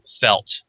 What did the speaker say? felt